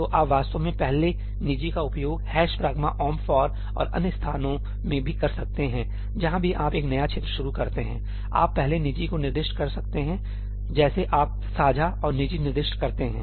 तो आप वास्तव में पहले निजी का उपयोग ' pragma omp for' और अन्य स्थानों में भी कर सकते हैं जहां भी आप एक नया क्षेत्र शुरू कर रहे हैं आप पहले निजी को निर्दिष्ट कर सकते हैं जैसे आप साझा और निजी निर्दिष्ट करते हैं